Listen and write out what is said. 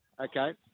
Okay